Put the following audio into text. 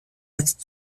letzte